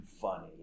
funny